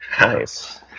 Nice